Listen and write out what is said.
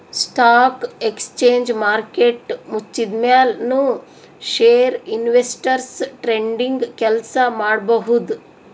stock exchange market ಮುಚ್ಚಿದ್ಮ್ಯಾಲ್ ನು share investors trading ಕೆಲ್ಸ ಮಾಡಬಹುದ್